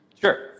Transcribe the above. Sure